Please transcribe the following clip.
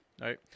right